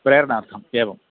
प्रेरणार्थम् एवम्